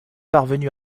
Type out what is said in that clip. parvenu